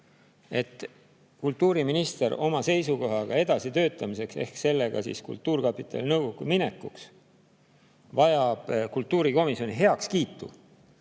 et kultuuriminister vajab oma seisukohaga edasi töötamiseks ehk sellega kultuurkapitali nõukokku minekuks kultuurikomisjoni heakskiitu,